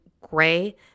gray